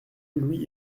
louis